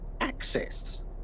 access